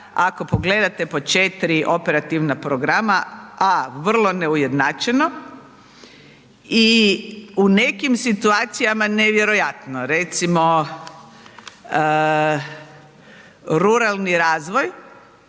Ako pogledate po 4 operativna programa, a vrlo neujednačeno i u nekim situacijama nevjerojatno. Recimo, ruralni razvoj